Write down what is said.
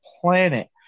planet